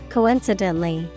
Coincidentally